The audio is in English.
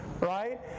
right